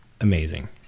amazing